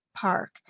park